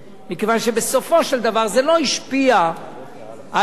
מכיוון שבסופו של דבר זה לא השפיע על האשה